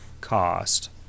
cost